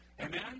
Amen